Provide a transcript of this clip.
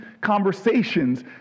conversations